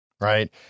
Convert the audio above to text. right